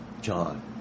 John